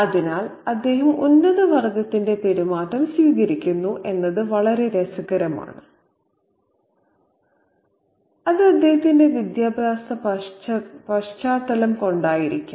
അതിനാൽ അദ്ദേഹം ഉന്നതവർഗത്തിന്റെ പെരുമാറ്റം സ്വീകരിക്കുന്നു എന്നത് വളരെ രസകരമാണ് അത് അദ്ദേഹത്തിന്റെ വിദ്യാഭ്യാസ പശ്ചാത്തലം കൊണ്ടായിരിക്കാം